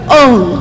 own